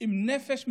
עם נפש מדממת,